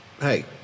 hey